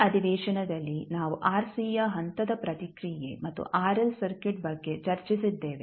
ಈ ಅಧಿವೇಶನದಲ್ಲಿ ನಾವು ಆರ್ಸಿಯ ಹಂತದ ಪ್ರತಿಕ್ರಿಯೆ ಮತ್ತು ಆರ್ಎಲ್ ಸರ್ಕ್ಯೂಟ್ ಬಗ್ಗೆ ಚರ್ಚಿಸಿದ್ದೇವೆ